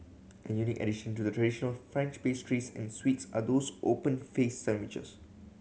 a unique addition to the traditional French pastries and sweets are those open faced sandwiches